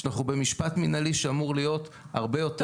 שאנחנו במשפט מנהלי שאמור להיות הרבה יותר מקל.